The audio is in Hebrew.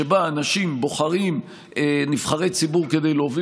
שבה אנשים בוחרים נבחרי ציבור כדי להוביל